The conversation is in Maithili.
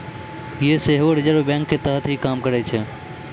यें सेहो रिजर्व बैंको के तहत ही काम करै छै